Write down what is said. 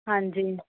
ਹਾਂਜੀ